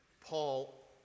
Paul